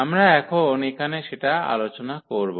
আমরা এখন এখানে সেটা আলোচনা করব